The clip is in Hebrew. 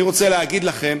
אני רוצה להגיד לכם,